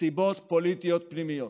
מסיבות פוליטיות פנימיות.